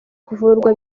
kuvurwa